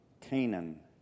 Canaan